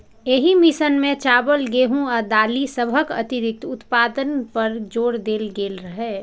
एहि मिशन मे चावल, गेहूं आ दालि सभक अतिरिक्त उत्पादन पर जोर देल गेल रहै